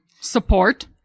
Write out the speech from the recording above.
support